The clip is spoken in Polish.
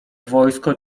wojsko